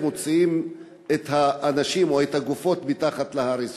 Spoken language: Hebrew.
מוציאים את האנשים או את הגופות מתחת להריסות.